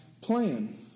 plan